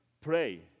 pray